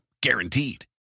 Guaranteed